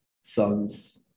son's